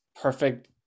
perfect